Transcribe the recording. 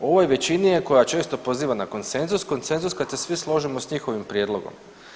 Ovoj većini je, koja često poziva na konsenzus, konsenzus kad se svi složimo s njihovim prijedlogom.